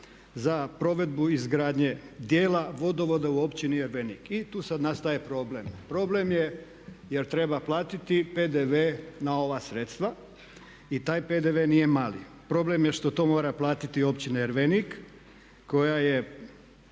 za provedbu izgradnje dijela vodovoda u općini Ervenik. I tu sada nastaje problem. Problem je jer treba platiti PDV na ova sredstva i taj PDV nije mali. Problem je što to mora platiti općina Ervenik koja je